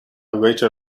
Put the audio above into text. waited